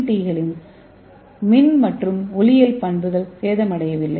D களின் மின் மற்றும் ஒளியியல் பண்புகள் சேதமடையவில்லை